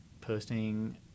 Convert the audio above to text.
posting